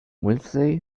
wednesday